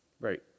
Right